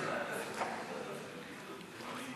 ההסתייגות לחלופין לסעיף 1 של קבוצת סיעת המחנה הציוני לא